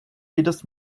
jedes